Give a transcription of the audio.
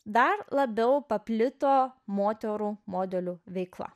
dar labiau paplito moterų modelių veikla